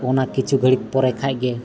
ᱚᱱᱟ ᱠᱤᱪᱷᱩ ᱜᱷᱟᱹᱲᱤᱡ ᱯᱚᱨᱮ ᱠᱷᱟᱡᱜᱮ